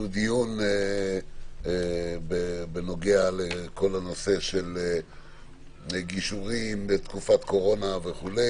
שהוא דיון בנוגע לכל הנושא של גישורים בתקופת קורונה וכו'.